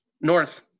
North